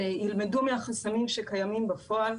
ילמדו מהחסמים שקיימים בפועל.